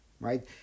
right